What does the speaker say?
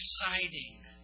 exciting